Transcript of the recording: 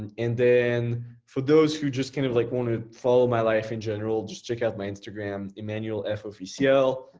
and and then for those who just kind of like wanna follow my life in general, just check out my instagram emmanuelf official.